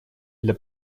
для